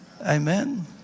amen